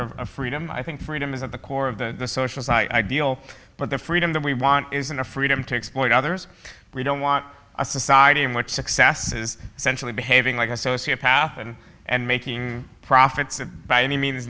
of freedom i think freedom is at the core of the social ideal but the freedom that we want isn't a freedom to exploit others we don't want a society in which successes centrally behaving like a sociopath and and making profits by any means